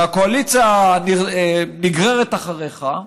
והקואליציה נגררת אחריך,